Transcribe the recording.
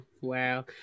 Wow